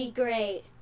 great